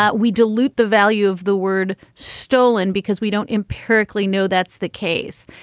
ah we dilute the value of the word stolen because we don't empirically know that's the case.